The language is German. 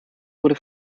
wurde